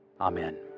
Amen